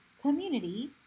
community